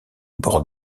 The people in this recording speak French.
bords